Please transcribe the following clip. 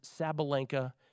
Sabalenka